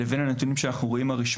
לבין הנתונים הרשמיים.